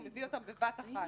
הוא מביא אותם בבת אחת.